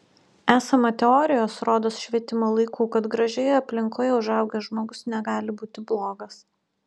esama teorijos rodos švietimo laikų kad gražioje aplinkoje užaugęs žmogus negali būti blogas